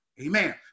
Amen